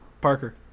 Parker